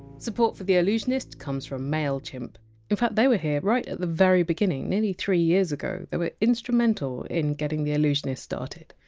support for the allusionist comes from mailchimp in fact they were here right at the very beginning, nearly three years ago, they were instrumental in getting the allusionist started.